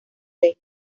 dade